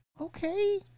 Okay